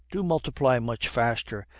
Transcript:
do multiply much faster,